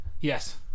Yes